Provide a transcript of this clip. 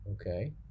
okay